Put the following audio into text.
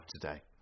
today